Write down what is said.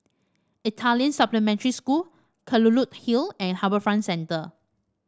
Italian Supplementary School Kelulut Hill and HarbourFront Centre